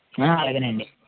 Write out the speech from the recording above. అలాగేనండి